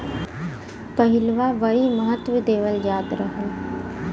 पहिलवां बड़ी महत्त्व देवल जात रहल